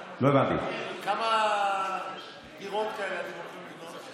כמה דירות כאלה אתם הולכים לבנות?